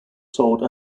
sold